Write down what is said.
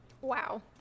Wow